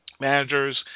managers